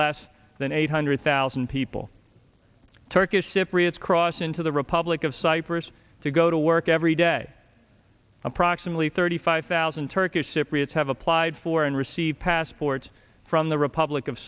less than eight hundred thousand people turkish cypriots crossed into the republic of cyprus to go to work every day approximately thirty five thousand turkish cypriots have applied for and received passports from the republic of